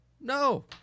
No